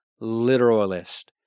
literalist